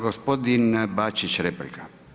Gospodin Bačić, replika.